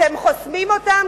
אתם חוסמים אותן,